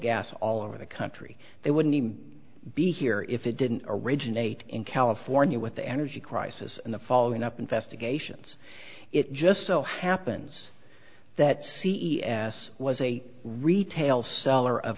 gas all over the country they wouldn't even be here if it didn't originate in california with the energy crisis and the following up investigations it just so happens that c e s was a retail seller of